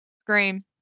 Scream